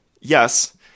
yes